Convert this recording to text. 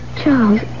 Charles